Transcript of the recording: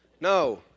No